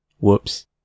whoops